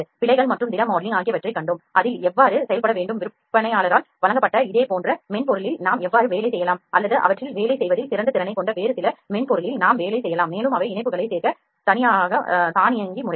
பிழைகள் மற்றும் திட மாடலிங் ஆகியவற்றைக் கண்டோம் அதில் எவ்வாறு செயல்பட வேண்டும் விற்பனையாளரால் வழங்கப்பட்ட இதே போன்ற மென்பொருளில் நாம் எவ்வாறு வேலை செய்யலாம் அல்லது அவற்றில் வேலை செய்வதில் சிறந்த திறனைக் கொண்ட வேறு சில மென்பொருளில் நாம் வேலை செய்யலாம் மேலும் அவை இணைப்புகளைச் சேர்க்க தானியங்கு முறைகள்